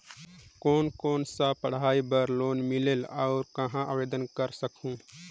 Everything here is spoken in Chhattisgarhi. कोन कोन सा पढ़ाई बर लोन मिलेल और कहाँ आवेदन कर सकहुं?